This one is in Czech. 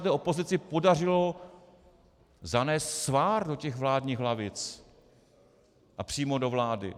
Té opozici se podařilo zanést svár do těch vládních lavic a přímo do vlády.